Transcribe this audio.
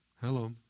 Hello